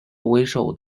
为首